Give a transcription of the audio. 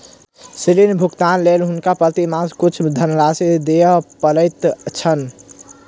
ऋण भुगतानक लेल हुनका प्रति मास किछ धनराशि दिअ पड़ैत छैन